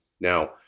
Now